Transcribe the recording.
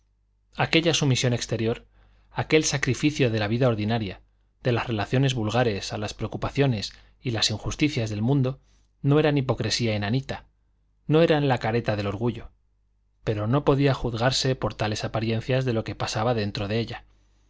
aquella sumisión exterior aquel sacrificio de la vida ordinaria de las relaciones vulgares a las preocupaciones y a las injusticias del mundo no eran hipocresía en anita no eran la careta del orgullo pero no podía juzgarse por tales apariencias de lo que pasaba dentro de ella